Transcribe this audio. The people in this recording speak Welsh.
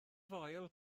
foel